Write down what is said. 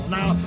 Now